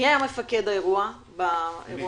מי היה מפקד האירוע הזה?